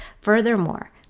Furthermore